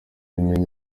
imyenda